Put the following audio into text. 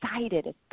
excited